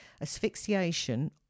asphyxiation